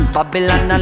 Babylon